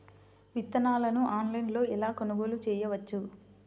విత్తనాలను ఆన్లైనులో ఎలా కొనుగోలు చేయవచ్చు?